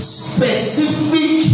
specific